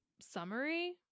summary